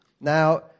Now